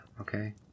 okay